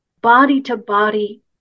body-to-body